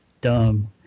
dumb